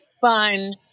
fun